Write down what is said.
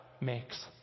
makes